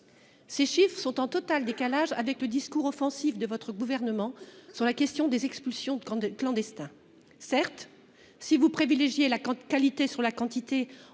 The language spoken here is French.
Ces chiffres sont en total décalage avec le discours offensif de votre gouvernement sur la question des expulsions de clandestins. Si vous privilégiez la qualité sur la quantité